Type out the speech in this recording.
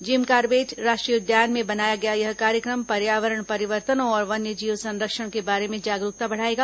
gym Corbett राष्ट्रीय उद्यान में बनाया गया यह कार्यक्रम पर्यावरण परिवर्तनों और वन्यजीव संरक्षण के बारे में जागरूकता बढ़ाएगा